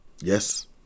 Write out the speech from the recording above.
Yes